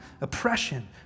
oppression